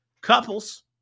couples